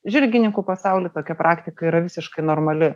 žirgininkų pasauly tokia praktika yra visiškai normali